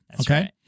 Okay